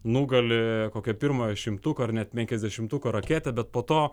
nugali kokio pirmojo šimtuko ar net penkiasdešimtuko raketę bet po to